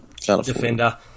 Defender